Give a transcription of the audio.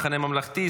המחנה הממלכתי,